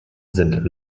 sind